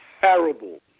terrible